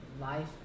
life